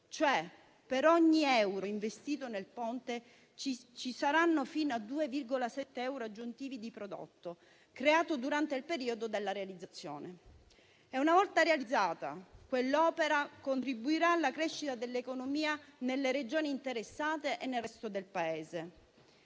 2,7: per ogni euro investito nel ponte ci saranno fino a 2,7 euro aggiuntivi di prodotto creato durante il periodo della realizzazione. Una volta realizzata, quell'opera contribuirà alla crescita dell'economia nelle Regioni interessate e nel resto del Paese.